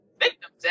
victims